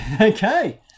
Okay